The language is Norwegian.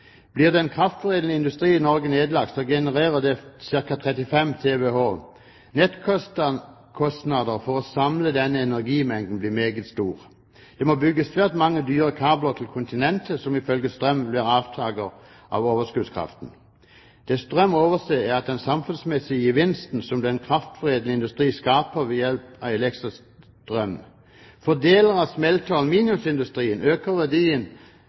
kraftforedlende industrien i Norge nedlagt, genererer det ca. 35 TWh. Nettkostnader for å samle denne energimengden blir meget stor. Det må bygges svært mange dyre kabler til kontinentet, som ifølge Strøm vil være avtaker av overskuddskraften. Det Strøm overser, er den samfunnsmessige gevinsten som den kraftforedlende industrien skaper ved hjelp av elektrisk strøm. For deler av smelte- og aluminiumsindustrien øker verdien